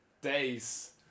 days